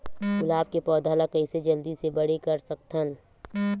गुलाब के पौधा ल कइसे जल्दी से बड़े कर सकथन?